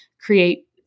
create